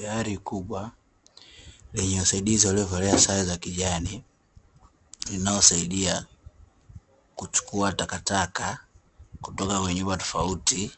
Gari kubwa lenye wasaidizi waliovalia sare za kijani, linalosaidia kuchukua takataka kutoka kwenye nyumba tofauti